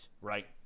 right